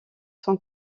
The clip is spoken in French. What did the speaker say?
son